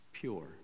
Pure